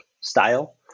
style